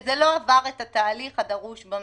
אומרת נציגת משרד המשפטים שזה לא עבר את התהליך הדרוש בממשלה.